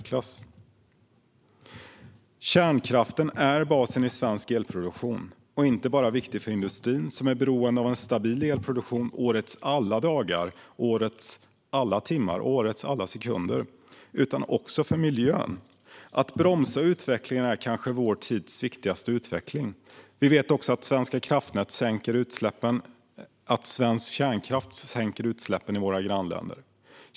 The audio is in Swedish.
Kärnkraften är basen i svensk elproduktion och är viktig inte bara för industrin - som är beroende av en stabil elproduktion årets alla dagar, årets alla timmar och årets alla sekunder - utan också för miljön. Att bromsa utvecklingen är kanske vår tids viktigaste utveckling. Vi vet också att svensk kärnkraft sänker utsläppen i våra grannländer.